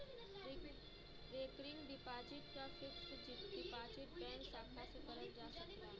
recurring deposit क fixed deposit bank शाखा से करल जा सकला